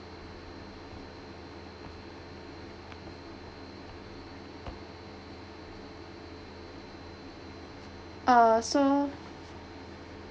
uh so